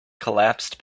collapsed